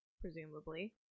presumably